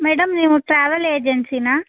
madam ನೀವು travel ಏಜೆನ್ಸಿನಾ